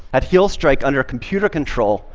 at heel strike, under computer control,